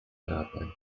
turbo